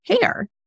hair